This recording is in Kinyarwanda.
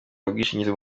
ubwishingizi